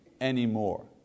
anymore